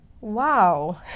Wow